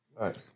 Right